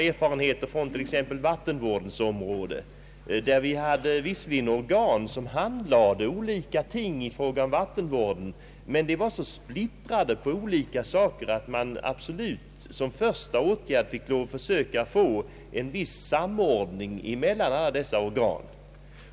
När det gäller t.ex. vattenvårdsområdet fanns det visserligen organ som handlade olika frågor rörande vattenvård, men de var så splittrade på olika ting att man som en första åtgärd fick lov att försöka åstadkomma en viss samordning mellan de olika organen.